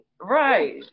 Right